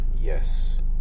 Yes